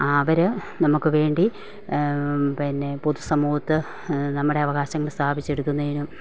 അവർ നമുക്ക് വേണ്ടി പിന്നെ പൊതുസമൂഹത്ത് നമ്മുടെ അവകാശങ്ങൾ സ്ഥാപിച്ചെടുക്കുന്നതിനും